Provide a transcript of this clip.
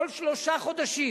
כל שלושה חודשים